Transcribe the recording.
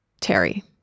Terry